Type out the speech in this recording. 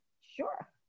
sure